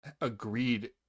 agreed